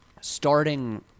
starting